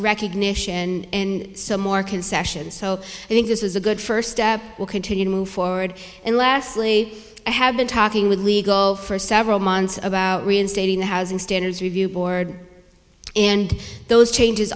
recognition and more concessions so i think this is a good first step we'll continue to move forward and leslie i have been talking with legal for several months about reinstating the housing standard review board and those changes